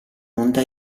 onda